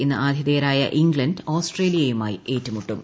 ഇന്ന് ആതിഥേയരാ്യ ഇംഗ്ലണ്ട് ആസ്ട്രേലിയയുമായി ഏറ്റുമുട്ടും